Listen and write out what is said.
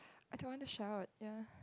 I don't want to shout ya